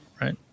right